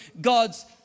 God's